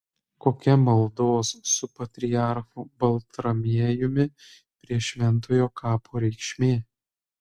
kokia maldos su patriarchu baltramiejumi prie šventojo kapo reikšmė